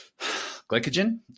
glycogen